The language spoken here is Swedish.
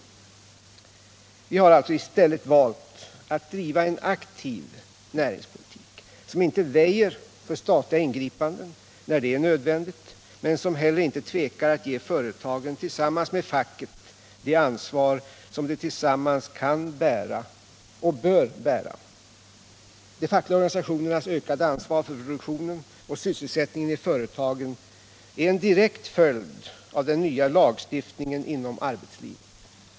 Vi har alltså i stället valt att driva en aktiv näringspolitik som inte väjer för statliga ingripanden när sådana är nödvändiga men som heller inte tvekar att ge företagen tillsammans med facket det ansvar som de gemensamt kan och bör bära. De fackliga organisationernas ökade ansvar för produktionen och sysselsättningen i företagen är en direkt följd av den nya lagstiftningen inom arbetslivet.